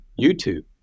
YouTube